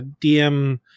DM